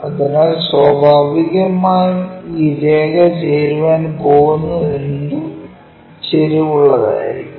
അതിനാൽ സ്വാഭാവികമായും ഈ രേഖ ചേരാൻ പോകുന്നതെന്തും ചരിവുള്ളതായിരിക്കും